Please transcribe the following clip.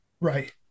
Right